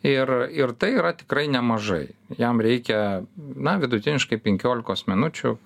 ir ir tai yra tikrai nemažai jam reikia na vidutiniškai penkiolikos minučių